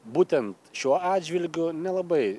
būtent šiuo atžvilgiu nelabai